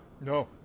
No